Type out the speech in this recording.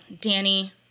Danny